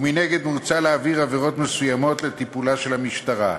ומנגד מוצע להעביר עבירות מסוימות לטיפולה של המשטרה.